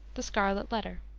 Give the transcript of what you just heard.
the scarlet letter.